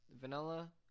vanilla